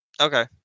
Okay